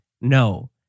no